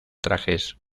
trajes